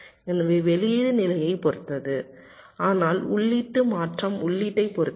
எனவே வெளியீடு நிலையை பொறுத்தது ஆனால் உள்ளீட்டு மாற்றம் உள்ளீட்டைப் பொறுத்தது